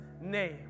name